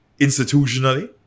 institutionally